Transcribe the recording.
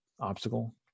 obstacle